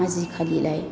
आजिखालि लाय